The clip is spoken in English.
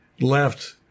left